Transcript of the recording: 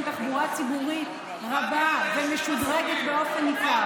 תחבורה ציבורית רבה ומשודרגת באופן נפרד.